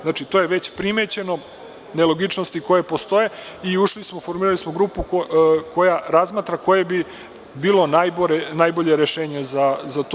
Znači, to je već primećeno, nelogičnosti koje postoje i formirali smo grupu koja razmatra koje bi bilo najbolje rešenje za to.